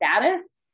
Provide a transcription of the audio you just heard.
status